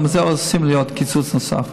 ועל זה עושים לי עוד קיצוץ נוסף.